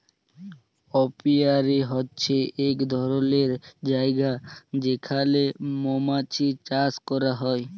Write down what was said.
apiary হছে ইক ধরলের জায়গা যেখালে মমাছি চাষ ক্যরা হ্যয়